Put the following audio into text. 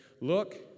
Look